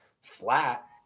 flat